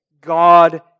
God